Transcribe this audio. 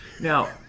now